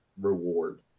reward